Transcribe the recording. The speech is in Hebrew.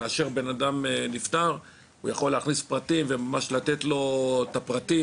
כאשר אדם נפטר המשפחה יכולה להזין את הפרטים